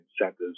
incentives